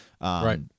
right